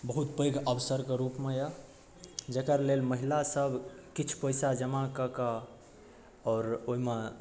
बहुत पैघ अवसरके रूपमे अइ जकर लेल महिलासब किछु पइसा जमा कऽ कऽ आओर ओहिमे